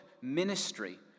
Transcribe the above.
ministry